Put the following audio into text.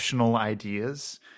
Ideas